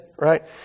right